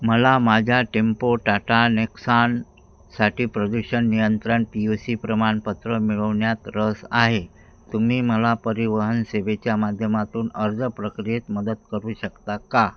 मला माझ्या tempo Tata Nexon साठी प्रदूषण नियंत्रण पी यु सी प्रमाणपत्र मिळवण्यात रस आहे तुम्ही मला परिवहन सेवेच्या माध्यमातून अर्ज प्रक्रियेत मदत करू शकता का